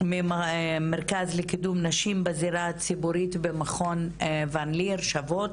ממרכז לקידום נשים בזירה הציבורית במכון ון ליר- 'שוות'.